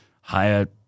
higher